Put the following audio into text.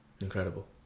Incredible